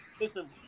listen